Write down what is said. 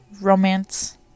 romance